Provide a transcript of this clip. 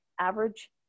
average